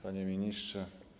Panie Ministrze!